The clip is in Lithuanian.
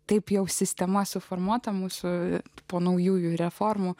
taip jau sistema suformuota mūsų po naujųjų reformų